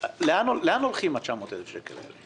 לאן הולכים ה-900,000 האלה?